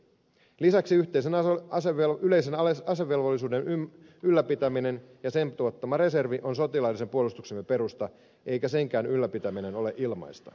lisäksi yleisen asevelvollisuuden ylläpitäminen ja sen tuottama reservi on sotilaallisen puolustuksemme perusta eikä senkään ylläpitäminen ole ilmaista